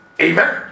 Amen